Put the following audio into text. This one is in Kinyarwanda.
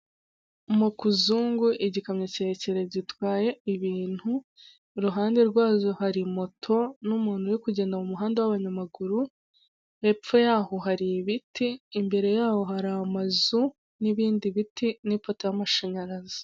Mukuzungu igikamyo kirekire gitwaye ibintu, iruhande rwazo hari moto n'umuntu uri kugenda mu muhanda w'abanyamaguru, hepfo yaho hari ibiti, imbere yaho hari amazu n'ibindi biti n'impota y'amashanyarazi.